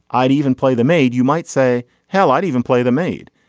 i'd even play the maid. you might say hell i'd even play the maid.